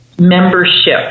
membership